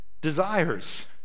desires